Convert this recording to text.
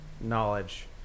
knowledge